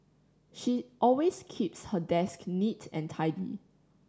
she always keeps her desk neat and tidy